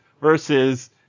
versus